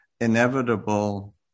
inevitable